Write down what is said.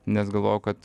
nes galvojau kad